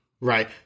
Right